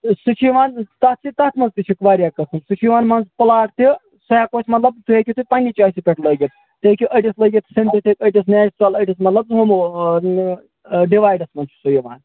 سُہ چھُ یِوان تَتھ تہِ تَتھ منٛز تہِ چھِ وارِیاہ قٕسم سُہ چھُ یِوان مان ژٕ پُلاٹ تہِ سُہ ہٮ۪کو أسۍ مطلب سُہ ہٮ۪کو تُہۍ پنٕنہِ چۄیسہِ پٮ۪ٹھ لٲگِتھ سُہ ہیٚکو أڈس لٲگِتھ سِنتھِٹِک أڈس نیچرل أڈس مطلب ڈِوایڈس منٛز چھُ سُہ یِوان